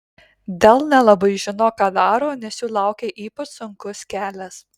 dell nelabai žino ką daro nes jų laukia ypač sunkus kelias